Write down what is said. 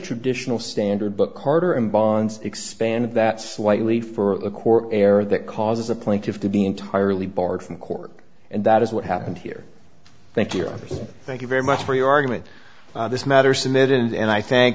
traditional standard book carter and bonds expanded that slightly for a court error that causes a plaintiff to be entirely barred from court and that is what happened here thank you thank you very much for your argument this matter submitted and i thank